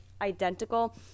identical